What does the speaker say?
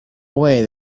away